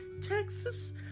Texas